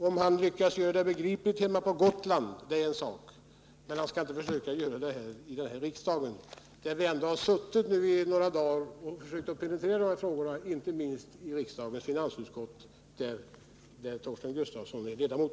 Om han lyckas göra det begripligt hemma på Gotland är en sak, men han skall inte försöka sig på det här i riksdagen, där vi ändå har suttit några dagar och försökt penetrera de här frågorna — inte minst i finansutskottet, där Torsten Gustafsson är ledamot.